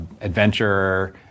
Adventure